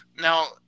Now